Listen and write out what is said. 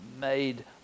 made